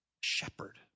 shepherd